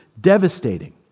Devastating